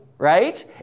Right